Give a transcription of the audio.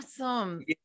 awesome